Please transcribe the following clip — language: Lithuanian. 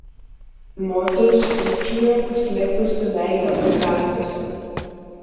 moteris kūkčiojo paslėpusi veidą pagalvėse